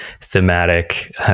thematic